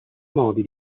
modi